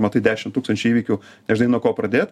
matai dešim tūkstančių įvykių nežinai nuo ko pradėt